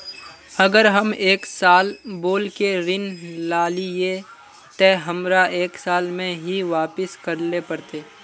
अगर हम एक साल बोल के ऋण लालिये ते हमरा एक साल में ही वापस करले पड़ते?